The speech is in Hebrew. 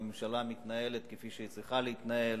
הממשלה מתנהלת כפי שהיא צריכה להתנהל,